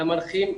על המנחים,